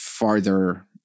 farther